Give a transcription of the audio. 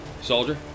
soldier